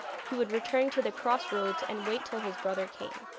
he would return to the cross roads and wait till his brother came.